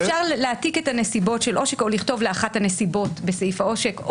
אפשר להעתיק את הנסיבות של עושק או לכתוב לאחת הנסיבות בסעיף העושק.